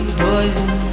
poison